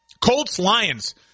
Colts-Lions